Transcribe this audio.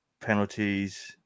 penalties